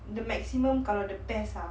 the maximum kalau the best ah